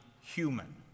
human